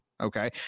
Okay